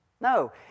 No